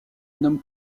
nomme